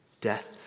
death